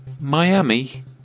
Miami